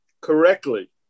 correctly